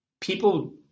people